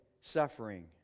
suffering